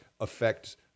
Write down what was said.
affects